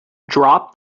drop